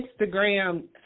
Instagram